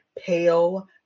pale